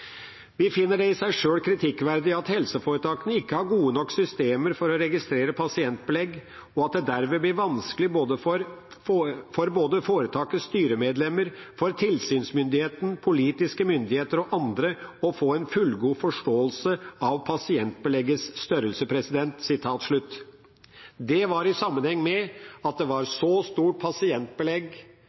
finner det i seg selv kritikkverdig at helseforetakene ikke har gode nok systemer for å registrere pasientbelegg, og at det derved blir vanskelig for både foretakets styremedlemmer, for tilsynsmyndigheten, politiske myndigheter og andre å få en fullgod forståelse av pasientbeleggets størrelse.» Det var i sammenheng med at det var så stort pasientbelegg